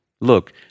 Look